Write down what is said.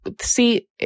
see